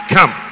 Come